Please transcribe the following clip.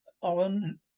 on